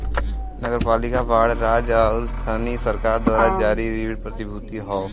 नगरपालिका बांड राज्य आउर स्थानीय सरकार द्वारा जारी ऋण प्रतिभूति हौ